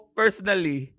personally